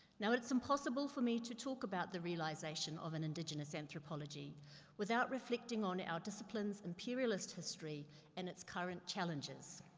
now it's impossible for me to talk about the realization of an indigenous anthropology without reflecting on our discipline's imperialist history and its current challenges.